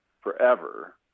forever